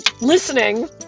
listening